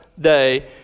day